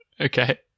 Okay